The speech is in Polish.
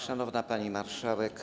Szanowna Pani Marszałek!